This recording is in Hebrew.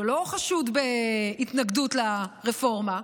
שלא חשוד בהתנגדות לרפורמה,